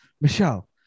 Michelle